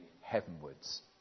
heavenwards